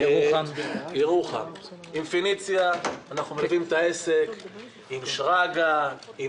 בירוחם לגבי פניציה אנחנו מלווים את העסק עם שרגא ברוש,